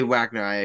Wagner